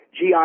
GI